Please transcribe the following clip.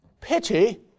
Pity